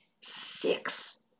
six